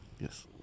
Yes